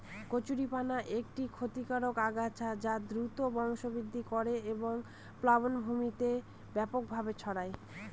কচুরিপানা একটি ক্ষতিকারক আগাছা যা দ্রুত বংশবৃদ্ধি করে এবং প্লাবনভূমিতে ব্যাপকভাবে ছড়ায়